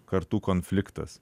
kartų konfliktas